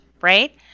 right